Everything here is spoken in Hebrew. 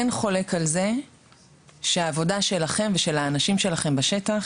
אין חולק על זה שהעבודה שלכם ושל האנשים שלכם בשטח,